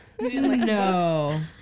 no